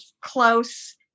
close